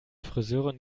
friseurin